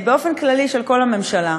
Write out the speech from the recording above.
באופן כללי, של כל הממשלה.